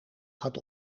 gaat